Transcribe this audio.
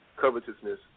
covetousness